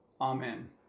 Amen